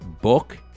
book